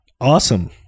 Awesome